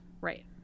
right